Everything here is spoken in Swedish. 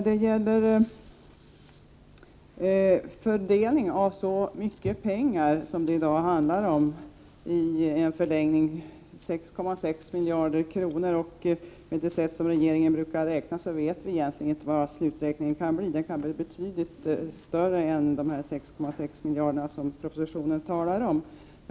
Det handlar i dag om fördelningen av mycket pengar, i förlängningen 6,6 miljarder kronor, och med det sätt på vilket regeringen brukar räkna vet vi inte vad sluträkningen kan bli. Den kan bli på betydligt större belopp än 6,6 miljarder, som nämns i propositionen.